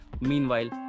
Meanwhile